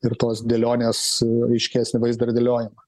ir tos dėlionės aiškesnį vaizdą ir dėliojimą